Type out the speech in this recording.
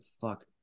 fuck